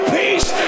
peace